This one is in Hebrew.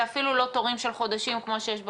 זה אפילו לא תורים של חודשים כמו שיש בקונסוליה,